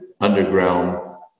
underground